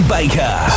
Baker